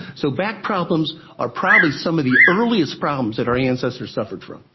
so back problems are probably some of the earliest problems that our ancestors suffered from.